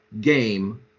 game